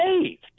saved